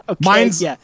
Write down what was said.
mine's